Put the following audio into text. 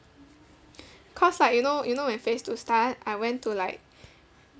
cause like you know you know when phase two start I went to like